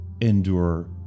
endure